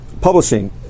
Publishing